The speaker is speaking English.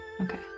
Okay